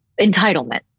entitlement